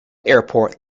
airport